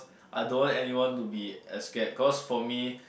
I don't want anyone to be as scared cause for me